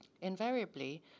Invariably